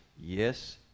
yes